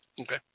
okay